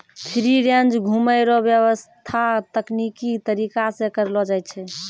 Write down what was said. free range घुमै रो व्याबस्था तकनिकी तरीका से करलो जाय छै